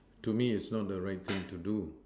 to me it's not the right thing to do